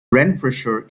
renfrewshire